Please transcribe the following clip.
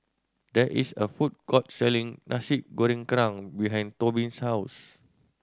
there is a food court selling Nasi Goreng Kerang behind Tobin's house